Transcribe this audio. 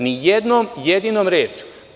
Ni jednom jedinom rečju.